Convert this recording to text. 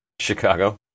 Chicago